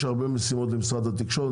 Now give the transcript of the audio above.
יש הרבה משימות למשרד התקשורת.